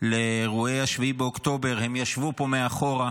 לאירועי 7 באוקטובר, הם ישבו פה מאחור,